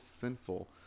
sinful